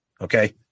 Okay